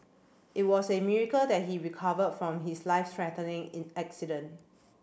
it was a miracle that he recovered from his life threatening in accident